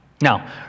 Now